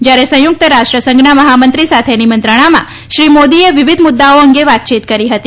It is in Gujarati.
જ્યારે સંયુક્ત રાષ્ટ્રસંઘના મહામંત્રી સાથેની મંત્રણામાં શ્રી મોદીએ વિવિધ મુદ્દાઓ અંગે વાતચીત કરી હતી